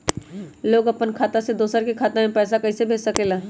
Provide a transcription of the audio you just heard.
लोग अपन खाता से दोसर के खाता में पैसा कइसे भेज सकेला?